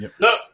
No